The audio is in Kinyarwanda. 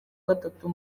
gatatu